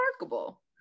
remarkable